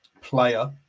player